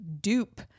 dupe